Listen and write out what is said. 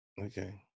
Okay